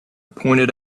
pointed